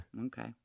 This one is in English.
Okay